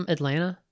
Atlanta